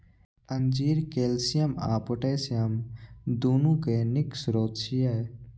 अंजीर कैल्शियम आ पोटेशियम, दुनू के नीक स्रोत छियै